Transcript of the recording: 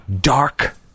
dark